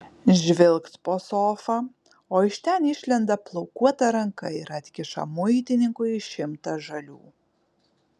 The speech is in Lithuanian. žvilgt po sofa o iš ten išlenda plaukuota ranka ir atkiša muitininkui šimtą žalių